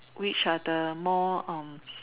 which are the more